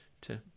to-